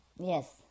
Yes